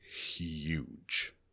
huge